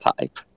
type